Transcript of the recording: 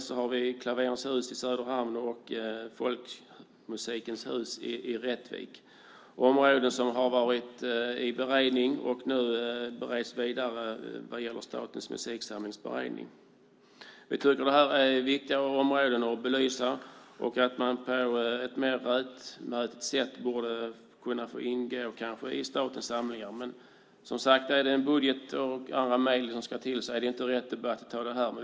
Vi har Klaverens hus i Söderhamn och Folkmusikens hus i Rättvik. Det är områden som har beretts och nu bereds vidare i Statens musiksamlings beredning. Vi tycker att det är viktiga områden att belysa. De borde på ett mer rättmätigt sätt få ingå i statens samlingar. Om det är en budgetfråga och andra medel ska till är det inte rätt att ta debatten här.